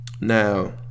Now